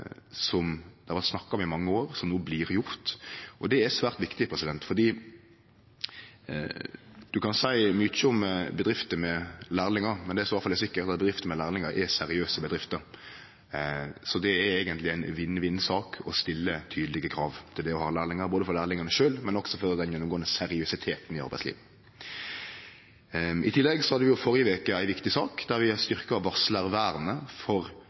som det har vore snakka om i mange år, og som no blir gjort. Det er svært viktig. Ein kan seie mykje om bedrifter med lærlingar, men det som i alle fall er sikkert, er at bedrifter med lærlingar er seriøse bedrifter. Det er eigentleg ei vinn-vinn-sak å stille tydelege krav til det å ha lærlingar, både for lærlingane sjølve og også gjennomgåande for seriøsiteten i arbeidslivet. Vi hadde i førre veke ei viktig sak der vi styrkte varslarvernet for arbeidstakarar generelt og for